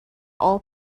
all